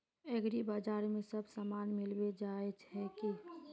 एग्रीबाजार में सब सामान मिलबे जाय है की?